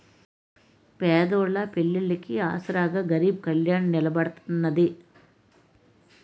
పేదోళ్ళ పెళ్లిళ్లికి ఆసరాగా గరీబ్ కళ్యాణ్ నిలబడతాన్నది